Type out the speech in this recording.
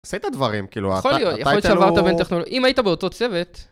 עשית דברים, כאילו, אתה היית לא... אם היית באותו צוות...